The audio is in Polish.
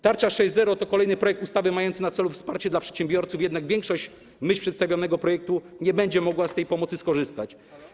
Tarcza 6.0 to kolejny projekt ustawy mający na celu wsparcie przedsiębiorców, jednak większość w myśl przedstawionego projektu nie będzie mogła z tej pomocy skorzystać.